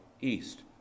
east